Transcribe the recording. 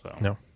No